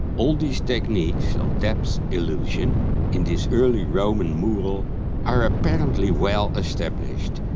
all these techniques of depth illusion in this early roman mural are apparently well established,